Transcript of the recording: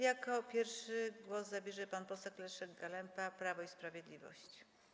Jako pierwszy głos zabierze pan poseł Leszek Galemba, Prawo i Sprawiedliwość.